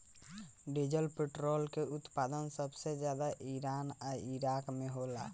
diesel petrol के उत्पादन सबसे ज्यादा ईरान आ इराक होला